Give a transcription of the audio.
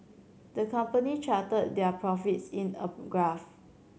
the company charted their profits in a graph